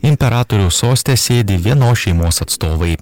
imperatoriaus soste sėdi vienos šeimos atstovai